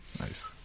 Nice